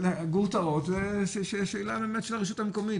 גרוטאות, זו שאלה באמת של הרשות המקומית.